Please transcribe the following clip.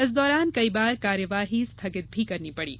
इस दौरान कई बार कार्यवाही स्थगित करना पड़ी